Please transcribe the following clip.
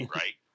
right